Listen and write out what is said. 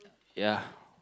ya